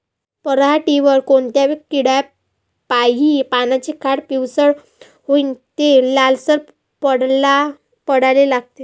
पऱ्हाटीवर कोनत्या किड्यापाई पानाचे काठं पिवळसर होऊन ते लालसर पडाले लागते?